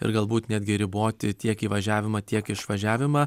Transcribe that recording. ir galbūt netgi riboti tiek įvažiavimą tiek išvažiavimą